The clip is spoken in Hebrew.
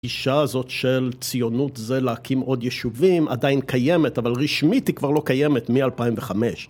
פגישה הזאת של ציונות זה להקים עוד ישובים עדיין קיימת, אבל רשמית היא כבר לא קיימת מאלפיים וחמש